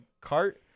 cart